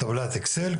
טבלת אקסל,